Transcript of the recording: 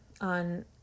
on